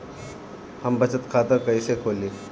हम बचत खाता कईसे खोली?